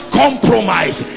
compromise